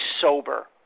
sober